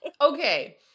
Okay